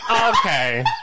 Okay